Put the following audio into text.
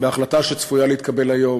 בהחלטה שצפויה להתקבל היום